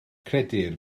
credir